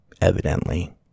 Evidently